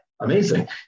Amazing